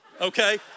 okay